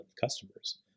customers